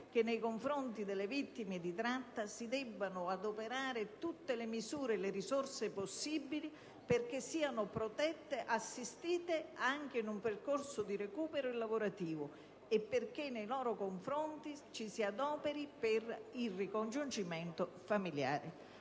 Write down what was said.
che, nei confronti delle vittime di tratta, si debbano adoperare tutte le misure e le risorse possibili perché siano protette e assistite, anche in un percorso di recupero lavorativo, e perché nei loro confronti ci si adoperi per il ricongiungimento familiare.